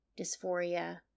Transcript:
dysphoria